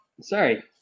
Sorry